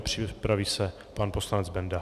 Připraví se pan poslanec Benda.